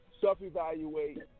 self-evaluate